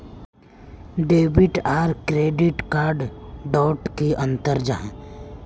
Debit आर credit card डोट की अंतर जाहा?